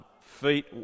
feet